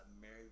married